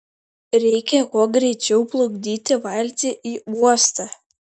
reikia kuo greičiau plukdyti valtį į uostą